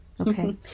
okay